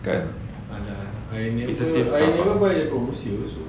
kan it's the same stuff